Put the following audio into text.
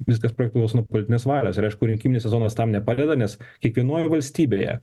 viskas priklauso nuo politinės valios ir aišku rinkiminis sezonas tam nepadeda nes kiekvienoj valstybėje